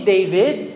David